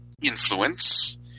influence